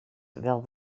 wel